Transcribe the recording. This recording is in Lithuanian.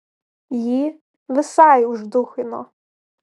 jį visai užduchino